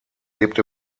lebt